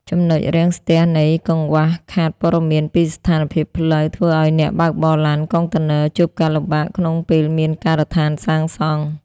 ចំណុចរាំងស្ទះនៃ "កង្វះខាតព័ត៌មានពីស្ថានភាពផ្លូវ" ធ្វើឱ្យអ្នកបើកបរឡានកុងតឺន័រជួបការលំបាកក្នុងពេលមានការដ្ឋានសាងសង់។